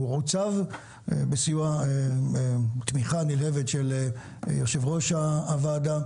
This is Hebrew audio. בסיוע ובתמיכה הנלהבת של יושב ראש הוועדה,